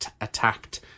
attacked